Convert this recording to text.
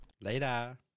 Later